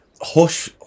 Hush